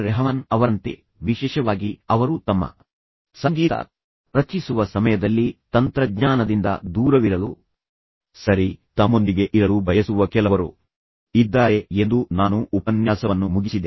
ರೆಹಮಾನ್ ಅವರಂತೆ ವಿಶೇಷವಾಗಿ ಅವರು ತಮ್ಮ ಸಂಗೀತವನ್ನು ರಚಿಸುವ ಸಮಯದಲ್ಲಿ ತಂತ್ರಜ್ಞಾನದಿಂದ ದೂರವಿರಲು ಸರಿ ತಮ್ಮೊಂದಿಗೆ ಇರಲು ಬಯಸುವ ಕೆಲವರು ಇದ್ದಾರೆ ಎಂದು ನಾನು ಉಪನ್ಯಾಸವನ್ನು ಮುಗಿಸಿದೆ